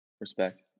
Respect